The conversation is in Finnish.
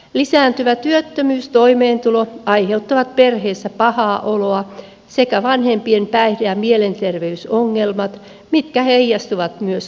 lisääntyvä työttömyys ja toimeentulovaikeudet aiheuttavat perheissä pahaa oloa sekä vanhempien päihde ja mielenterveysongelmat mitkä heijastuvat myös lapsiin